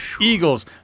Eagles